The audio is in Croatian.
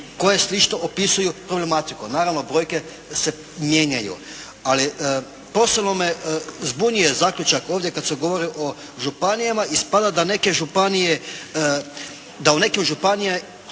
koje slično opisuju problematiku. Naravno brojke se mijenjaju. Ali posebno me zbunjuje zaključak ovdje kad se govori o županijama. Ispada da neke županije,